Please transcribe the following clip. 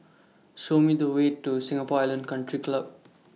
Show Me The Way to Singapore Island Country Club